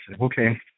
Okay